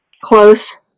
close